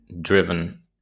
driven